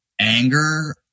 anger